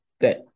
good